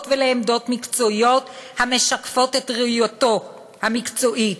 ולעמדות מקצועיות המשקפות את ראייתו המקצועית.